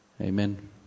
Amen